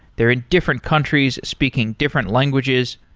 they're in different countries speaking different languages.